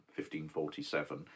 1547